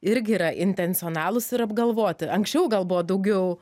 irgi yra intencionalūs ir apgalvoti anksčiau gal buvo daugiau